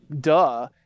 duh